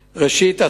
קלנדיה,